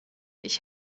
ich